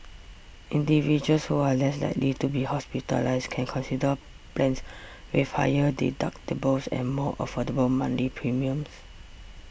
individuals who are less likely to be hospitalised can consider plans with higher deductibles and more affordable monthly premiums